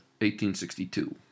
1862